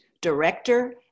director